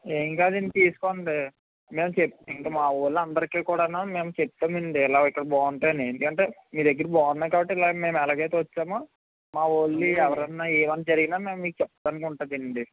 ఏం కాదండి తీసుకోండి మేం చె అంటే మావాళ్ళు అందరికి కూడాను మేం చెప్పామండి ఎలాగ ఇక్కడ బాగుంటాయని ఎందుకంటే మీ దగ్గర బాగుంన్నాయి కాబట్టి మేము మేము ఎలాగ అయితే వచ్చామో మా వాళ్ళు ఎవరైనా ఏమైనా జరిగినా మేం మీకు చెప్పటానికి ఉంటుందండి